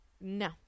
No